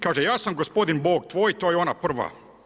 Kaže: ja sam gospodin Bog tvoj, to je ona prva.